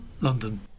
London